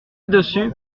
dessus